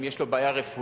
אם יש לו בעיה רפואית,